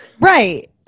Right